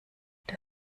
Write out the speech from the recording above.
der